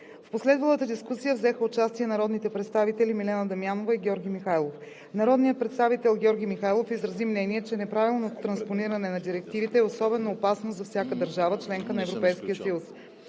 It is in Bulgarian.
В последвалата дискусия взеха участие народните представители Милена Дамянова и Георги Михайлов. Народният представител Георги Михайлов изрази мнение, че неправилното транспониране на директиви е особено опасно за всяка държава – членка на Европейския съюз.